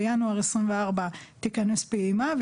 בינואר 2024 תיכנס פעימה,